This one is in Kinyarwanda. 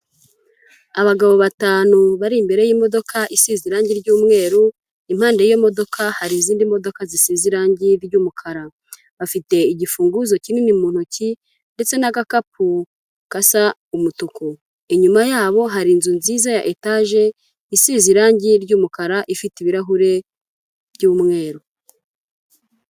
Abagabo batanu bari imbere y'imodoka isize irangi ry'umweru, impande y'iyo modoka hari izindi modoka zisize irangi ry'umukara. Bafite igifunguzo kinini mu ntoki ndetse n'agakapu gasa umutuku. Inyuma yabo hari inzu nziza ya etaje, isize irangi ry'umukara, ifite ibirahure by'umweru.